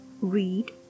Read